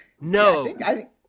No